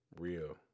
Real